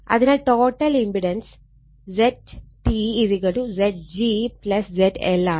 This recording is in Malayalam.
അതിനാൽ total impedance ZT Zg ZL ആണ്